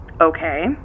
Okay